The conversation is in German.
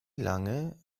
lange